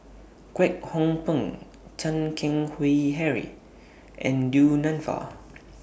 Kwek Hong Png Chan Keng Howe Harry and Du Nanfa